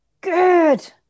good